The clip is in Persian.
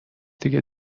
دیگه